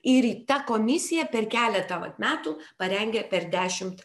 ir ta komisija per keletą vat metų parengė per dešimt